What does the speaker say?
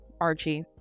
Archie